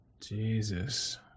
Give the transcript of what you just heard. Jesus